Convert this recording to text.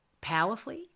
powerfully